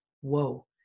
Whoa